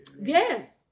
Yes